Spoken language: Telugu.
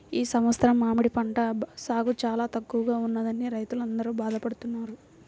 ఈ సంవత్సరం మామిడి పంట సాగు చాలా తక్కువగా ఉన్నదని రైతులందరూ బాధ పడుతున్నారు